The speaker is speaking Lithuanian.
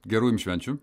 gerų jum švenčių